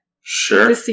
Sure